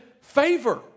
favor